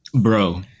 Bro